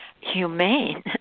humane